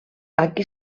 aquí